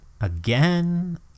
Again